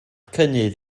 cynnydd